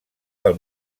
del